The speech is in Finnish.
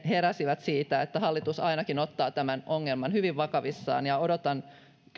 heräsivät siitä että hallitus ainakin ottaa tämän ongelman hyvin vakavissaan ja odotan